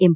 M